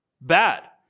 Bad